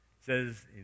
says